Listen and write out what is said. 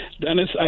Dennis